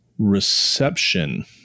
Reception